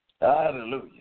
Hallelujah